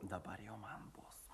dabar jau man bus